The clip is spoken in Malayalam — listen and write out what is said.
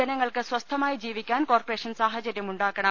ജനങ്ങൾക്ക് സ്വസ്ഥമായി ജീവിക്കാൻ കോർപ്പറേഷൻ സാഹചര്യമുണ്ടാക്കണം